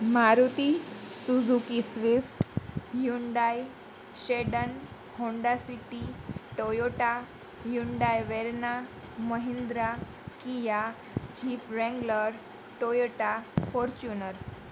Maruti Suzuki Swift Hyundai sedan Honda City Toyota Hyundai Verna Mahindra Kia Jeep Wrangler Toyota Fortuner